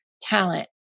talent